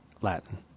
Latin